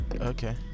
Okay